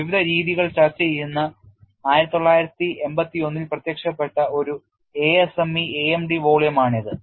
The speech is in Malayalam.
വിവിധ രീതികൾ ചർച്ച ചെയ്യുന്ന 1981 ൽ പ്രത്യക്ഷപ്പെട്ട ഒരു ASME AMD വോളിയമാണിത്